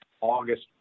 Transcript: August